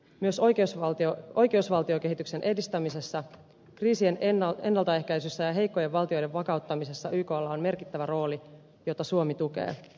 myös oikeusvaltiokehityksen edistämisessä kriisien ennaltaehkäisyssä ja heikkojen valtioiden vakauttamisessa yklla on merkittävä rooli jota suomi tukee